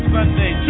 Sunday